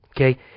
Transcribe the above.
Okay